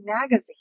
Magazine